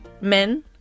men